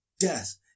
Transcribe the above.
death